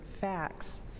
facts